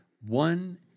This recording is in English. One